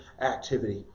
activity